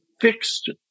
fixed